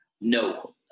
No